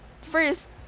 first